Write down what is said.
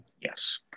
Yes